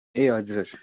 ए हजुर